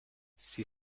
sie